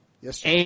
Yes